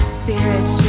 spiritual